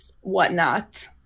whatnot